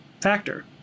factor